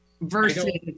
versus